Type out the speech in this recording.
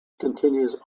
continues